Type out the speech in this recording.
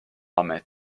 amet